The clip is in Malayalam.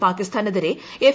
പാകിസ്ഥാനെതിരെ എഫ്